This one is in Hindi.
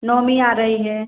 नवमी आ रही है